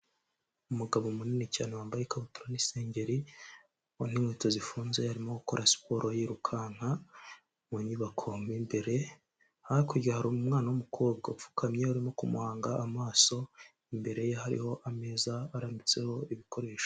Umugabo munini cyane wambaye ikabutura n'isengeri n'inkweto zifunze arimo gukora siporo yirukanka mu nyubako mo imbere, hakurya hari umwana w'umukobwa upfukamye arimo kumuhanga amaso, imbere ye hariho ameza arambitseho ibikoresho.